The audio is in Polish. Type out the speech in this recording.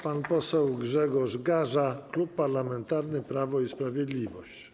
Pan poseł Grzegorz Gaża, Klub Parlamentarny Prawo i Sprawiedliwość.